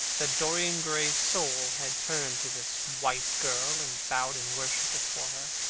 that dorian gray's soul had turned to this white girl and bowed in worship before her.